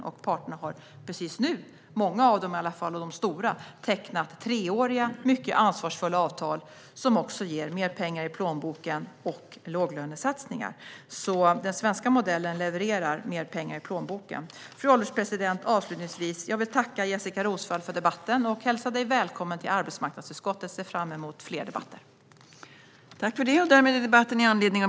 Många av parterna, och de stora, har precis tecknat treåriga mycket ansvarsfulla avtal som också ger mer pengar i plånboken och låglönesatsningar. Den svenska modellen levererar mer pengar i plånboken. Fru ålderspresident! Avslutningsvis vill jag tacka Jessika Roswall för debatten och hälsa henne välkommen till arbetsmarknadsutskottet. Jag ser fram emot fler debatter.